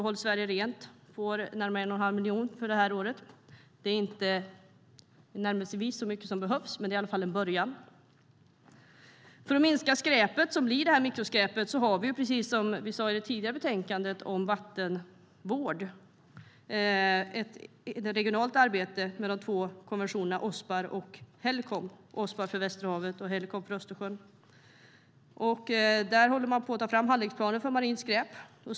Håll Sverige Rent får närmare 1 1⁄2 miljon för det här året. Det är inte tillnärmelsevis så mycket som behövs, men det är i alla fall en början. För att minska skräpet har vi, precis som vi sa i fråga om det tidigare betänkandet om vattenvård, ett regionalt arbete med de två konventionerna i Ospar och Helcom - Ospar för Västerhavet och Helcom för Östersjön. Där håller man på att ta fram handlingsplaner för marint skräp.